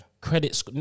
credit